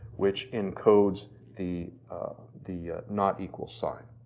which encodes the the not equals sign.